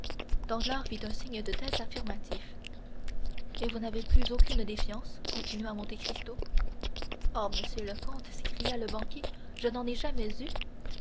fit un signe de tête affirmatif et vous n'avez plus aucune défiance continua monte cristo oh monsieur le comte s'écria le banquier je n'en ai jamais eu